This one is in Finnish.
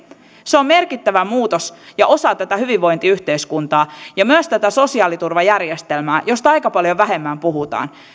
se on merkittävä muutos ja osa tätä hyvinvointiyhteiskuntaa ja myös tätä sosiaaliturvajärjestelmää josta aika paljon vähemmän puhutaan